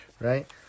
right